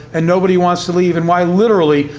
and nobody wants to leave, and why, literally,